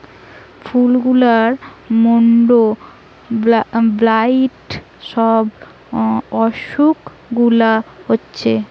ফুল গুলার mould, blight সব অসুখ গুলা হচ্ছে